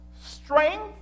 Strength